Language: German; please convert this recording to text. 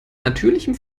natürlichem